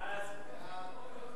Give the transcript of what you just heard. ואין נמנעים.